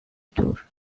دور